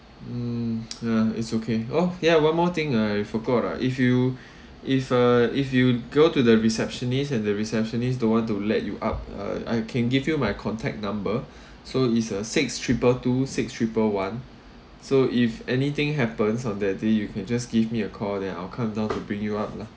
mm ya it's okay oh ya one more thing ah I forgot ah if you if uh if you go to the receptionist and the receptionists don't want to let you up uh I can give you my contact number so is uh six triple two six triple one so if anything happens on that day you can just give me a call then I'll come down to bring you up lah